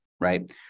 right